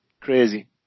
Crazy